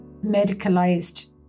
medicalized